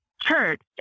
church